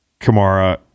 Kamara